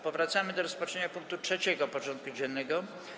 Powracamy do rozpatrzenia punktu 3. porządku dziennego: